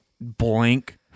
blank